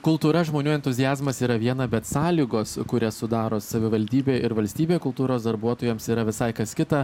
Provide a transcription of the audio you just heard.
kultūra žmonių entuziazmas yra viena bet sąlygos kurias sudaro savivaldybė ir valstybė kultūros darbuotojams yra visai kas kita